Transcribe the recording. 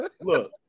look